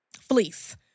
fleece